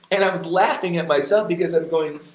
and i was laughing at myself because i'm going,